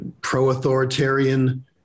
pro-authoritarian